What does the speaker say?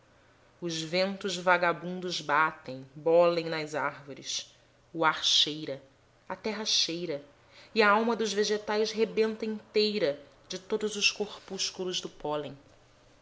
os ventos vagabundos batem bolem nas árvores o ar cheira a terra cheira e a alma dos vegetais rebenta inteira de todos os corpúsculos do pólen